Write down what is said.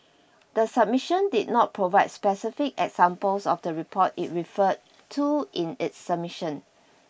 the submission did not provide specific examples of the report it referred to in its submission